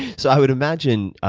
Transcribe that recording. so i would imagine